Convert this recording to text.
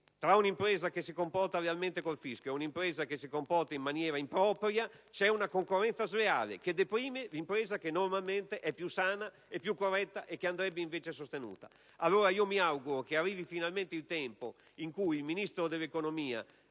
tra un'impresa che si comporta lealmente nei confronti del fisco ed una che si comporta in maniera impropria c'è una concorrenza sleale, che deprime l'impresa che normalmente è più sana e corretta, che andrebbe invece sostenuta. Mi auguro che arrivi finalmente il tempo in cui il Ministro dell'economia